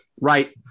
right